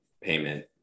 payment